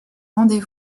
rendez